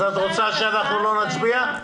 אז את רוצה שאנחנו לא נצביע?